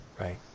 Right